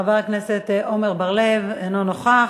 חבר הכנסת עמר בר-לב, אינו נוכח.